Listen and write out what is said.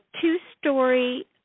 two-story